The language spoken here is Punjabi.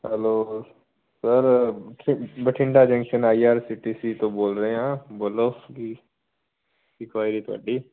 hello sir Bathinda junction IRCTC ਤੋਂ ਬੋਲ ਰਹੇ ਹਾਂ ਬੋਲੋ ਕੀ ਕੀ ਕੁਆਇਰੀ ਤੁਹਾਡੀ